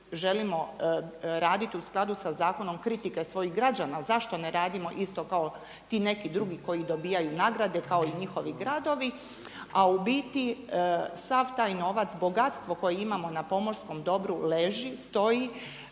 želimo raditi u skladu sa zakonom kritike svojih građana zašto ne radimo isto kao ti neki drugi koji dobijaju nagrade kao i njihovi gradovi, a u biti sav taj novac, bogatstvo koje imamo na pomorskom dobru leži, stoji.